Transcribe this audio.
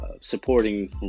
supporting